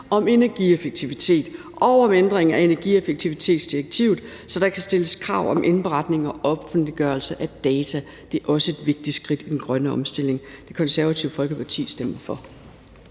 om energieffektivitet og om ændring af energieffektivitetsdirektivet, så der kan stilles krav om indberetning og offentliggørelse af data. Det er også et vigtigt skridt i den grønne omstilling. Det Konservative Folkeparti stemmer for.